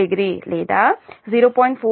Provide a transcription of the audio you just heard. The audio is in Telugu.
740లేదా 0